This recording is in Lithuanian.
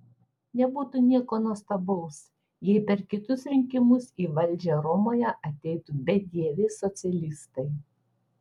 nebūtų nieko nuostabaus jei per kitus rinkimus į valdžią romoje ateitų bedieviai socialistai